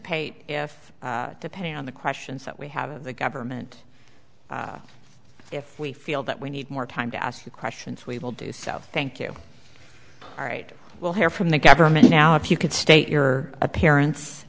if depending on the questions that we have of the government if we feel that we need more time to ask you questions we will do so thank you all right we'll hear from the government now if you could state your appearance